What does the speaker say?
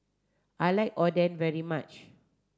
I like Oden very much